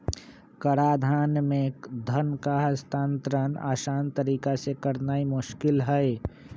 कराधान में धन का हस्तांतरण असान तरीका से करनाइ मोस्किल हइ